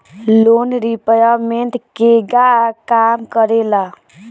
Loan repayment केगा काम करेला?